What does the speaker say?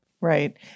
Right